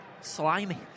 Slimy